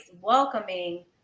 welcoming